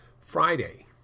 Friday